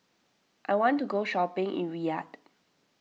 I want to go shopping in Riyadh